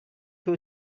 you